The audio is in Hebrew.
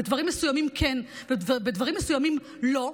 בדברים מסוימים כן ובדברים מסוימים לא,